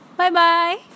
Bye-bye